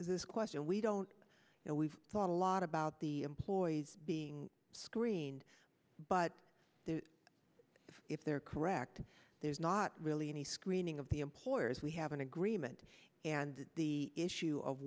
is this question we don't know we've thought a lot about the ploys being screened but if they're correct there's not really any screening of the employers we have an agreement and the issue of